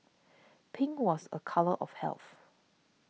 pink was a colour of health